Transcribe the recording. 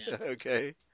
Okay